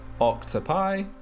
octopi